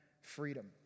freedom